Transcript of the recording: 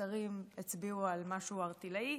השרים הצביעו על משהו ערטילאי.